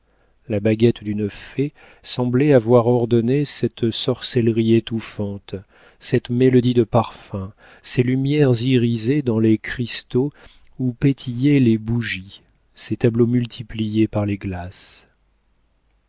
la baguette d'une fée semblait avoir ordonné cette sorcellerie étouffante cette mélodie de parfums ces lumières irisées dans les cristaux où pétillaient les bougies ces tableaux multipliés par les glaces